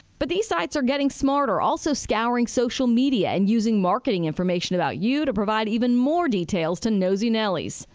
but these sites are getting smarter, also scouring social media and using marketing information about you to provide even more details to nosy nellys.